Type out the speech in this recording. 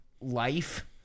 life